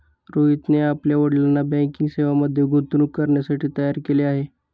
रोहितने आपल्या वडिलांना बँकिंग सेवांमध्ये गुंतवणूक करण्यासाठी तयार केले आहे